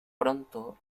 pronto